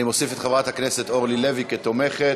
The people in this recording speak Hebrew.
אם כן, 31 בעד, ללא מתנגדים.